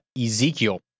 Ezekiel